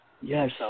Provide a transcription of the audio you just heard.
Yes